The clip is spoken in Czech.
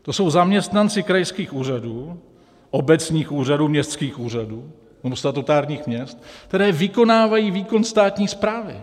To jsou zaměstnanci krajských úřadů, obecních úřadů, městských úřadů nebo statutárních měst, které vykonávají výkon státní správy.